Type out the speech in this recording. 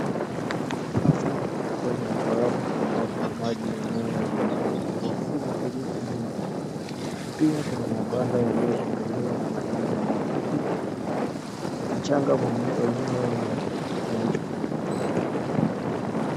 Kwenye bahari ambayo maji inayonekana kuwa si matumizi mno. Pia kuna mabanda yaliyotengenezwa na majani ya makuti. Mchanga wenyewe ni mweupe.